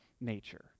nature